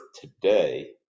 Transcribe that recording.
today